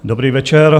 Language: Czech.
Dobrý večer.